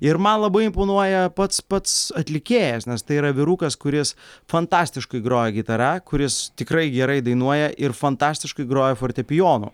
ir man labai imponuoja pats pats atlikėjas nes tai yra vyrukas kuris fantastiškai groja gitara kuris tikrai gerai dainuoja ir fantastiškai groja fortepijonu